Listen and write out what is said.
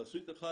בתסריט אחד,